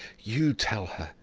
you tell her!